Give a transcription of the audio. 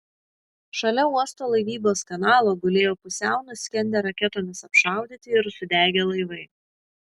šalia uosto laivybos kanalo gulėjo pusiau nuskendę raketomis apšaudyti ir sudegę laivai